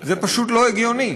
זה פשוט לא הגיוני.